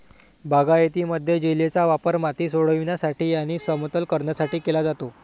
बागायतीमध्ये, जेलीचा वापर माती सोडविण्यासाठी आणि समतल करण्यासाठी केला जातो